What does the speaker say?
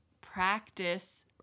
practice